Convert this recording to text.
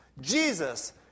Jesus